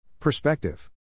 Perspective